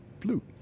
flute